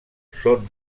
són